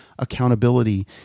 accountability